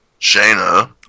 Shayna